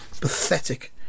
pathetic